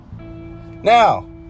Now